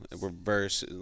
reverse